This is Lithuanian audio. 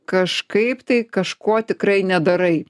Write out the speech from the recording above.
kažkaip tai kažko tikrai nedarai